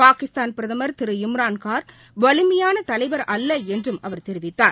பாகிஸ்தான் பிரதமர் திரு இம்ரான்கான் வலிமையான தலைவர் அல்ல என்றும் அவர் தெரிவித்தார்